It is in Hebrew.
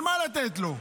על מה לתת לו?